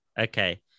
okay